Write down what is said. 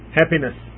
happiness